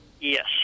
Yes